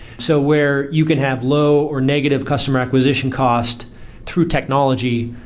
so where you can have low or negative customer acquisition cost through technology,